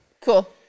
Cool